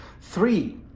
Three